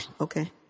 Okay